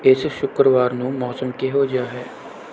ਇਸ ਸ਼ੁੱਕਰਵਾਰ ਨੂੰ ਮੌਸਮ ਕਿਹੋ ਜਿਹਾ ਹੈ